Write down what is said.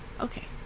Okay